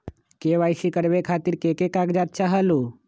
KYC करवे खातीर के के कागजात चाहलु?